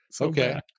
okay